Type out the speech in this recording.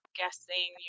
guessing